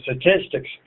statistics